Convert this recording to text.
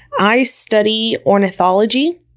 i study ornithology.